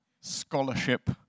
scholarship